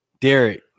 Derek